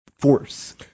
force